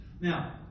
Now